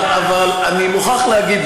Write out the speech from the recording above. אבל אני מוכרח להגיד,